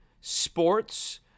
sports